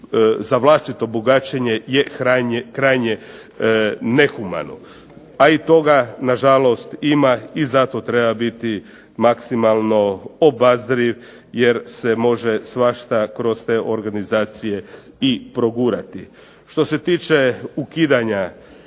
za vlastito bogaćenje je krajnje nehumano. A i toga na žalost ima i zato treba biti maksimalno obazriv jer se može svašta kroz te organizacije i progurati. Što se tiče ukidanja